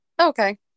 Okay